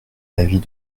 l’avis